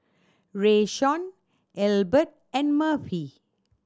Rayshawn Elbert and Murphy